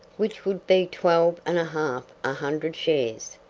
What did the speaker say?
which would be twelve and a half a hundred shares.